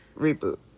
reboot